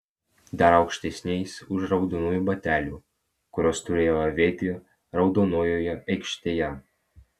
dar aukštesniais už raudonųjų batelių kuriuos turėjau avėti raudonojoje aikštėje